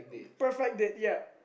perfect date ya